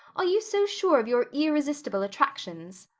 are you so sure of your irresistible attractions?